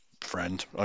friend